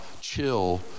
chill